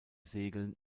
segeln